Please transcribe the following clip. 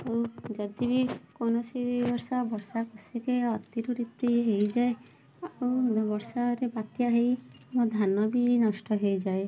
ଆଉ ଯଦି ବି କୌଣସି ବର୍ଷା ବର୍ଷା କୃଷିରେ ଅତିରୁ ଇତି ହେଇଯାଏ ଆଉ ବର୍ଷାରେ ବାତ୍ୟା ହେଇ ମୋ ଧାନ ବି ନଷ୍ଟ ହେଇଯାଏ